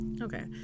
Okay